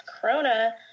Corona